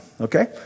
okay